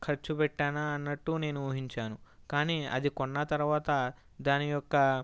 ఖర్చు పెట్టానా అన్నట్టు నేను ఊహించాను కానీ అది కొన్న తరువాత దాని యొక్క